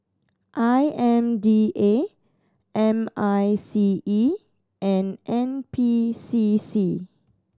I M D A M I C E and N P C C